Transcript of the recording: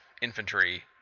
infantry